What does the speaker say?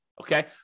okay